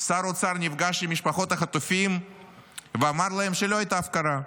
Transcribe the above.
שר האוצר נפגש עם משפחות החטופים ואמר להם שלא הייתה הפקרה,